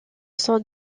son